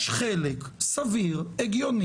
מכירים בחשיבותו של בג"ץ.